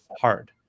hard